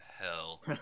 hell